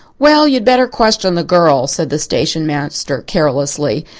well, you'd better question the girl, said the station-master carelessly.